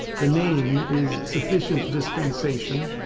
the name is sufficient dispensation.